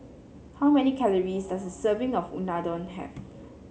how many calories does a serving of Unadon have